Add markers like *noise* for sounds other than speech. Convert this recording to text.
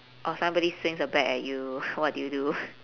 or somebody swings a bat at you *laughs* what do you do